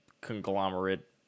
conglomerate